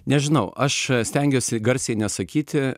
nežinau aš stengiuosi garsiai nesakyti